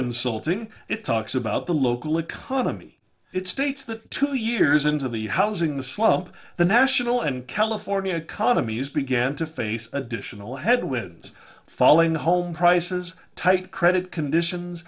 insulting it talks about the local economy it states that two years into the housing the slump the national and california economies began to face additional headwinds falling home prices tight credit conditions